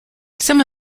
some